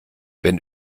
wenn